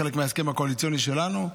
זה חלק מההסכם הקואליציוני שלנו.